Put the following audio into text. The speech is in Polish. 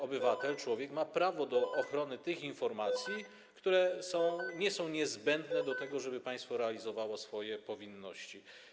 Obywatel, człowiek ma prawo do ochrony tych informacji, które nie są niezbędne do tego, żeby państwo realizowało swoje powinności.